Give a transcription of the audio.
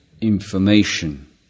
information